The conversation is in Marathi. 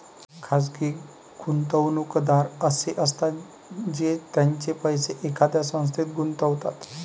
खाजगी गुंतवणूकदार असे असतात जे त्यांचे पैसे एखाद्या संस्थेत गुंतवतात